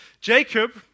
Jacob